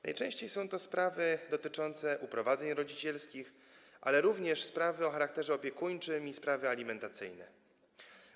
Najczęściej są to sprawy dotyczące uprowadzeń rodzicielskich, ale również sprawy o charakterze opiekuńczym i sprawy alimentacyjne.